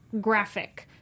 graphic